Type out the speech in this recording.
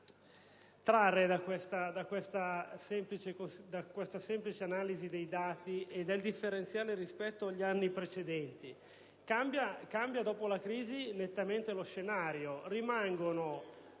trarre da questa semplice analisi dei dati e dal differenziale rispetto agli anni precedenti? In sostanza, dopo la crisi, cambia nettamente lo scenario. Rimangono